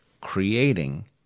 creating